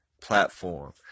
platform